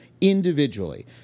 individually